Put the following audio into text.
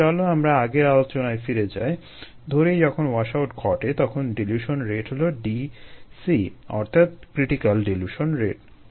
তাহলে চলো আমরা আগের আলোচনায় ফিরে যাই ধরি যখন ওয়াশআউট ঘটে তখন ডিলুশন রেট হলো Dc অর্থাৎ ক্রিটিকাল ডিলিউশন রেট